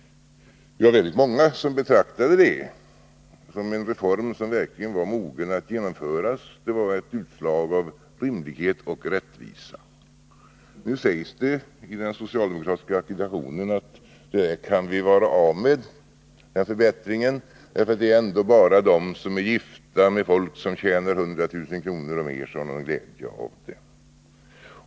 Vi var väldigt många som betraktade det som en reform som verkligen var mogen att genomföras. Det var ett utslag av rimlighet och rättvisa. Nu sägs det i den socialdemokratiska agitationen att den förbättringen kan man vara av med, eftersom det ändå bara är de som är gifta med folk som tjänar 100 000 kr. och mer som har någon glädje av den.